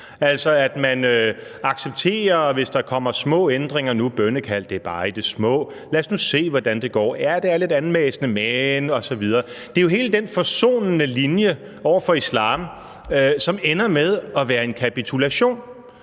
altså at man accepterer, at der kommer små ændringer. Nu i forhold til bønnekald: Det er bare i det små, og lad os nu se, hvordan det går; ja, det er lidt anmassende, men, osv. Det er hele den forsonende linje over for islam, som ender med at være en kapitulation.